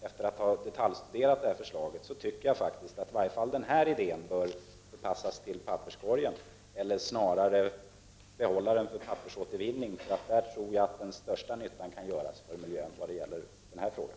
Efter att ha detaljstuderat detta förslag tycker jag personligen att man kan förpassa den här idén till papperskorgen eller ännu hellre låta förslaget gå till pappersåtervinning. Där tror jag att det skulle göra den största nyttan för miljön.